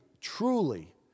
truly